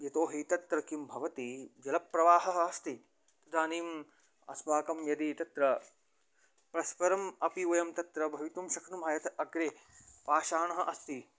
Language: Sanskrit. यतोऽहि तत्र किं भवति जलप्रवाहः अस्ति इदानीम् अस्माकं यदि तत्र परस्परम् अपि वयं तत्र भवितुं शक्नुमः यत् अग्रे पाषाणः अस्ति